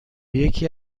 یکی